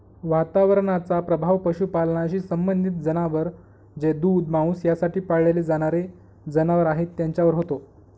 वातावरणाचा प्रभाव पशुपालनाशी संबंधित जनावर जे दूध, मांस यासाठी पाळले जाणारे जनावर आहेत त्यांच्यावर होतो